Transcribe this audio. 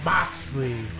Moxley